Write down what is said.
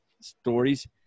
stories